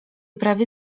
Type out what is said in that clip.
prawie